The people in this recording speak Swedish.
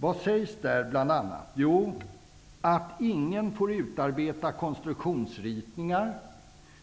Där sägs bl.a.: ''Ingen får utarbeta konstruktionsritningar,